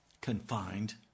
confined